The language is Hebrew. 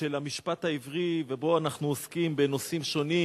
של המשפט העברי, ובה אנחנו עוסקים בנושאים שונים.